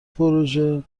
پروزه